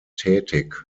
tätig